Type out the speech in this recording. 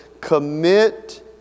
Commit